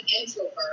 introvert